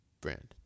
brand